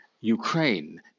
Ukraine